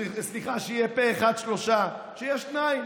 שיהיו שניים,